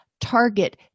target